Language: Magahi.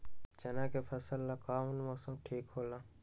चाना के फसल ला कौन मौसम ठीक होला?